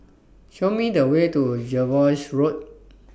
Show Me The Way to Jervois Road